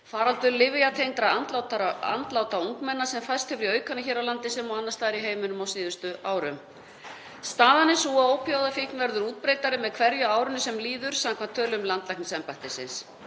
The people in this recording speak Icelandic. faraldur lyfjatengdra andláta ungmenna sem færst hefur í aukana hér á landi sem og annars staðar í heiminum á síðustu árum. Staðan er sú að ópíóíðafíkn verður útbreiddari með hverju árinu sem líður samkvæmt tölum landlæknisembættisins.